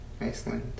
Iceland